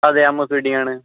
അതെ അമ്മൂസ് വെഡിങ്ങ് ആണ്